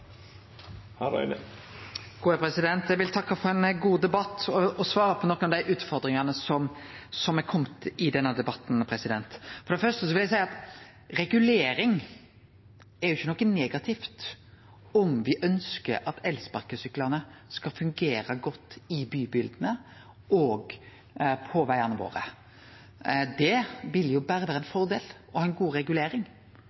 vil takke for ein god debatt og svare på nokre av dei utfordringane som har kome i denne debatten. For det første vil eg seie at regulering er ikkje noko negativt om me ønskjer at elsparkesyklane skal fungere godt i bybildet og på vegane våre. Det vil